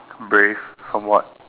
brave from what